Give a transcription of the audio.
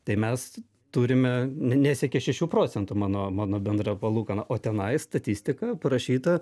tai mes turime nesiekia šešių procentų mano mano bendra palūkana o tenai statistika parašyta